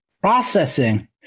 processing